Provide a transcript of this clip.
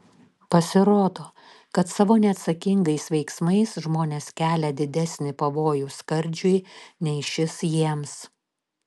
pasirodo kad savo neatsakingais veiksmais žmonės kelia didesnį pavojų skardžiui nei šis jiems